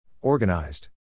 Organized